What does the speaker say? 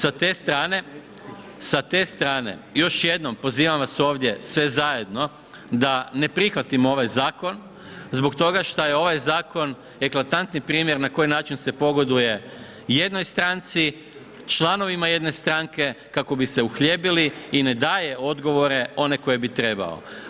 Sa te strane, sa te strane, još jednom pozivam vas ovdje sve zajedno da ne prihvatimo ovaj zakon zbog toga što je ovaj zakon eklatantni primjer na koji način se pogoduje jednoj stranci, članovima jedne stranke kako bi se uhljebili i ne daje odgovore one koje bi trebao.